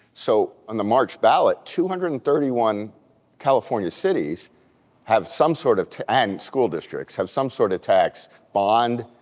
so on the march ballot, two hundred and thirty one california cities have some sort of and school districts have some sort of tax, bond,